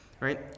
right